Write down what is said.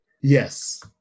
Yes